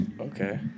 Okay